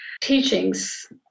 teachings